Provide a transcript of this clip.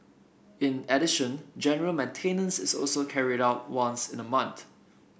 in addition general maintenance is also carried out once in a month